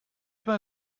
bei